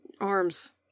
arms